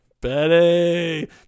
Betty